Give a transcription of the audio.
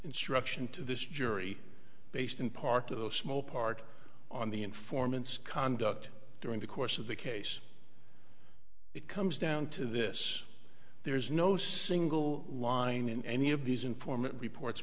instruction to this jury based in part of a small part on the informants conduct during the course of the case it comes down to this there is no single line in any of these informant reports